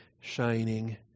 shining